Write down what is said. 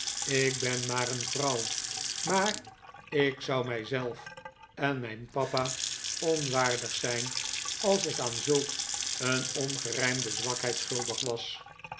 ik ben maar een vrouw maar ik zou mij zelf en mijn papa onwaardig zijn als ik aan zulk een ongerijmde zwakheid schuldig was